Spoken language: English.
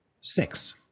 Six